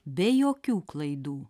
be jokių klaidų